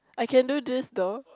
I can do this though